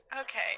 Okay